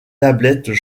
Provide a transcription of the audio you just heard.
tablettes